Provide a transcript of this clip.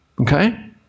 Okay